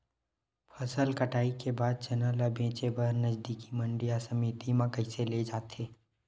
फसल कटाई के बाद चना ला बेचे बर नजदीकी मंडी या समिति मा कइसे ले जाथे?